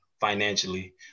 financially